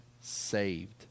saved